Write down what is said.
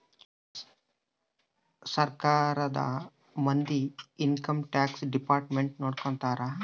ಸರ್ಕಾರದ ಮಂದಿ income tax department ನೊಡ್ಕೋತರ